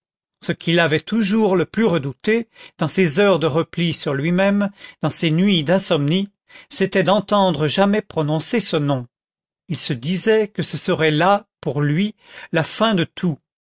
ce qu'il avait toujours le plus redouté dans ses heures de repli sur lui-même dans ses nuits d'insomnie c'était d'entendre jamais prononcer ce nom il se disait que ce serait là pour lui la fin de tout